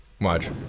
Watch